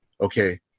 okay